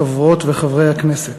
חברות וחברי הכנסת,